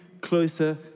closer